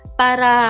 para